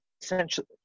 essentially